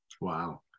Wow